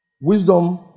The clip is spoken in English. Wisdom